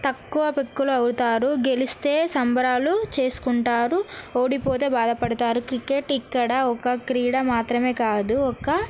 తక్కువ పెక్కులు అవుతారు గెలిస్తే సంబరాలు చేసుకుంటారు ఓడిపోతే బాధపడతారు క్రికెట్ ఇక్కడ ఒక క్రీడ మాత్రమే కాదు ఒక